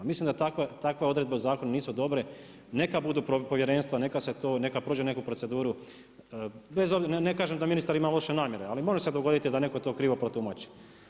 Mislim da takve odredbe u zakonu nisu dobre, neka budu povjerenstva, neka prođe neku proceduru, ne kaže da ministar ima loše namjere ali može se dogoditi da netko to krivo protumači.